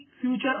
future